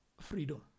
freedom